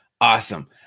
Awesome